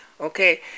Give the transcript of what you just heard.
okay